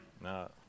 No